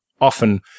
often